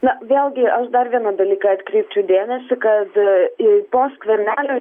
na vėlgi aš dar vieną dalyką atkreipčiau dėmesį kad į po skvernelio